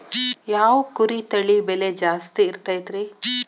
ಯಾವ ಕುರಿ ತಳಿ ಬೆಲೆ ಜಾಸ್ತಿ ಇರತೈತ್ರಿ?